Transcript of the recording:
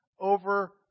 over